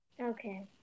Okay